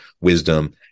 wisdom